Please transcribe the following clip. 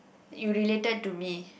you related to me